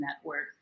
network